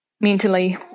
mentally